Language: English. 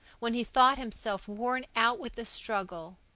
when he thought himself worn out with this struggle,